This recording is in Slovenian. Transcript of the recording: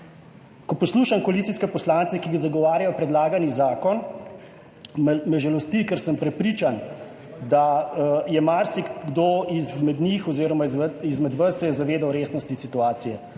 Ko poslušam koalicijske poslance, ki zagovarjajo predlagani zakon, me žalosti, ker sem prepričan, da se je marsikdo izmed njih oziroma izmed vas zavedal resnosti situacije.